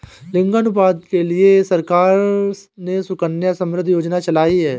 लिंगानुपात के लिए सरकार ने सुकन्या समृद्धि योजना चलाई है